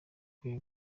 akwiye